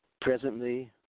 Presently